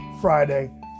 Friday